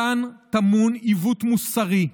כאן טמון עיוות מוסרי,